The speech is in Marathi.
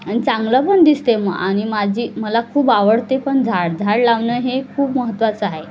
आणि चांगलं पण दिसते मग आणि माझी मला खूप आवडते पण झाड झाड लावणं हे खूप महत्वाचं आहे